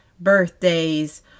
birthdays